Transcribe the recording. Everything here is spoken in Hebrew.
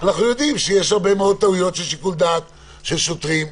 אנחנו יודעים שיש הרבה מאוד טעויות של שיקול דעת של שוטרים,